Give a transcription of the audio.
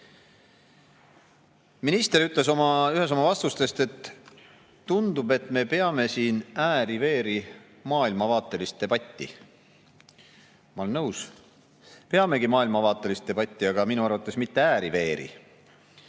Minister ütles ühes oma vastustest, et tundub, et me peame siin ääri-veeri maailmavaatelist debatti. Ma olen nõus, peamegi maailmavaatelist debatti, aga minu arvates mitte ääri-veeri.